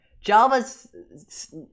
java's